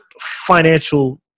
financial